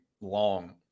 long